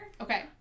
Okay